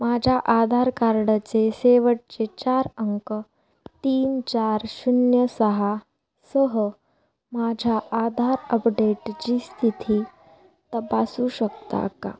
माझ्या आधार कार्डचे शेवटचे चार अंक तीन चार शून्य सहासह माझ्या आधार अपडेटची स्थिती तपासू शकता का